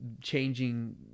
changing